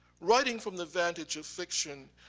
writing from the vantage of fiction,